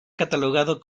catalogado